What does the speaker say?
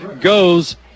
goes